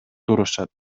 турушат